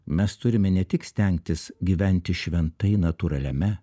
mes turime ne tik stengtis gyventi šventai natūraliame